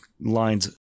lines